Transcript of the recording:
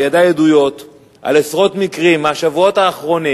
בידי עדויות על עשרות מקרים מהשבועות האחרונים